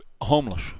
Homeless